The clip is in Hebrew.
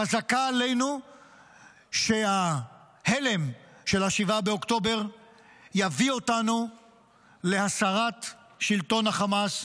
חזקה עלינו שההלם של 7 באוקטובר יביא אותנו הסרת שלטון החמאס,